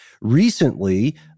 recently